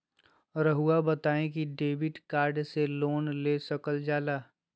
रहुआ बताइं कि डेबिट कार्ड से लोन ले सकल जाला?